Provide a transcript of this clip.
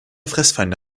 fressfeinde